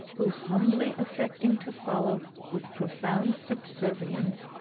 who, humbly affecting to follow with profound subservience,